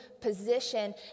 position